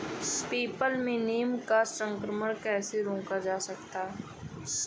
People में नीम का संकरण कैसे रोका जा सकता है?